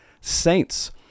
saints